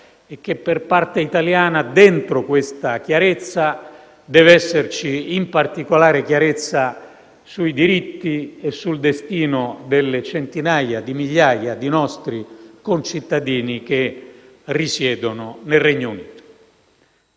e che, per parte italiana, dentro questa chiarezza, deve esserci in particolare chiarezza sui diritti e sul destino delle centinaia di migliaia di nostri concittadini che risiedono nel Regno Unito.